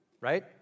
Right